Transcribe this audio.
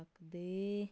ਸਕਦੇ